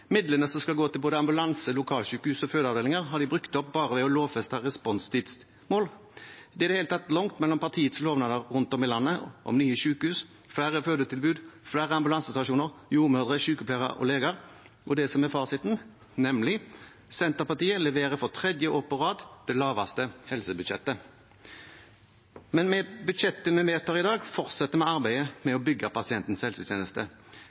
Midlene som skal gå til både ambulanse, lokalsykehus og fødeavdelinger, har de brukt opp bare ved å lovfeste responstidsmål. Det er i det hele tatt langt mellom partiets lovnader rundt om i landet om nye sykehus, flere fødetilbud, flere ambulansestasjoner, jordmødre, sykepleiere og leger og det som er fasiten, nemlig at Senterpartiet for tredje år på rad leverer det laveste helsebudsjettet. Med budsjettet vi vedtar i dag, fortsetter vi arbeidet med å bygge pasientens helsetjeneste.